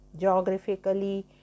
geographically